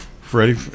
Freddie